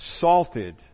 salted